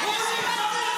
--- מאוד חשוב לנשק לו את היד.